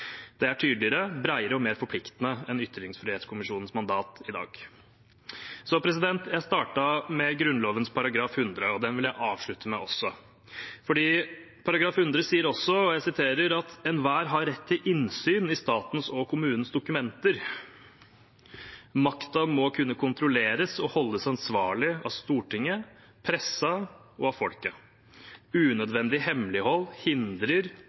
Det er tydeligere, bredere og mer forpliktende enn ytringsfrihetskommisjonens mandat i dag. Jeg startet med Grunnloven § 100, og den vil jeg også avslutte med. For § 100 sier også: «Enhver har rett til innsyn i statens og kommunenes dokumenter.» Makten må kunne kontrolleres og holdes ansvarlig av Stortinget, av pressen og av folket. Unødvendig hemmelighold hindrer